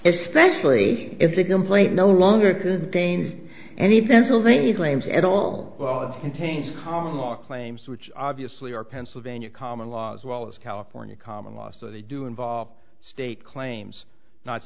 thankfully it's a complaint no longer contain any pennsylvania claims at all well contains common law claims which obviously are pennsylvania common law as well as california common law so they do involve state claims not